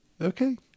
Okay